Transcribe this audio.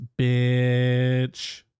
Bitch